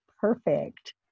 perfect